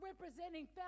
representing